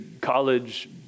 college